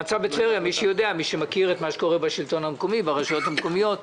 מי שמכיר את מה שקורה בשלטון המקומי וברשויות המקומיות,